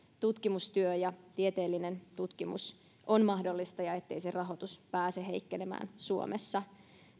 tutkimustyö ja tieteellinen tutkimus on mahdollista ja ettei se rahoitus pääse heikkenemään suomessa